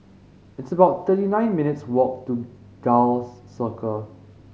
it's about thirty nine minutes' walk to Gul Circle